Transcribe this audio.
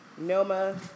Noma